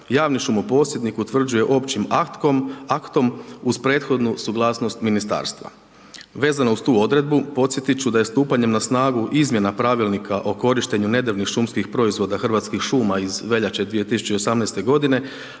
javni šumo posjednik utvrđuje općim aktom uz prethodnu suglasnost ministarstva. Vezano uz tu odredbu, podsjetit ću da je stupanjem na snagu izmjena Pravilnika o korištenju nedrvnih šumskih proizvoda Hrvatskih šuma iz veljače 2018.g.,